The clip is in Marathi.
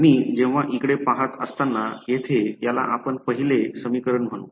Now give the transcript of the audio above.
तर मी जेव्हा इकडे पाहत असताना येथे याला आपण पहिले समीकरण म्हणू